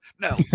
no